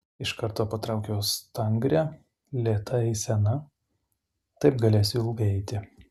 iš karto patraukiau stangria lėta eisena taip galėsiu ilgai eiti